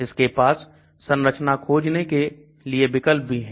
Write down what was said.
इसके पास संरचना खोजने के लिए विकल्प भी है